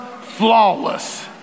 flawless